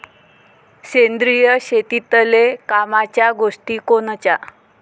सेंद्रिय शेतीतले कामाच्या गोष्टी कोनच्या?